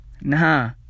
Nah